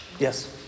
Yes